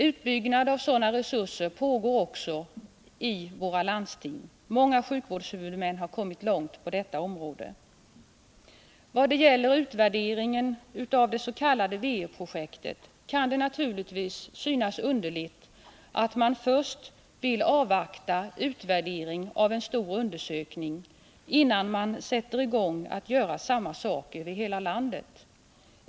Utbyggnaden av sådana resurser pågår också i våra landsting. Många sjukvårdshuvudmän har kommit långt på detta område. Vad gäller utvärderingen av det s.k. W-E-projektet kan det naturligtvis synas underligt att man först vill avvakta utvärderingen av en stor undersökning innan man sätter i gång att göra samma sak över hela landet.